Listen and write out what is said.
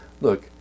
look